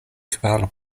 kvar